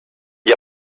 gli